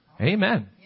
Amen